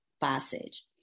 Passage